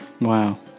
wow